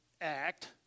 Act